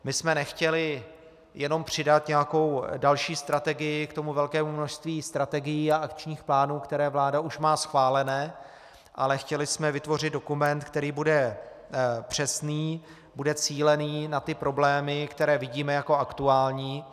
My jsme nechtěli jenom přidat nějakou další strategii k velkému množství strategií a akčních plánů, které vláda už má schválené, ale chtěli jsme vytvořit dokument, který bude přesný, bude cílený na problémy, které vidíme jako aktuální.